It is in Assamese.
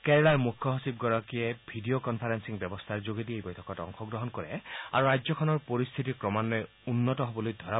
কেৰালাৰ মুখ্য সচিবগৰাকীয়ে ভিডিঅ কনফাৰেলিং ব্যৱস্থাৰ যোগেদি এই বৈঠকত অংশগ্ৰহণ কৰে আৰু ৰাজ্যখনৰ পৰিস্থিতি ক্ৰমান্নয়ে উন্নত হ'বলৈ ধৰা বুলি অৱগত কৰে